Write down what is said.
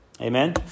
Amen